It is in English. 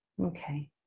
Okay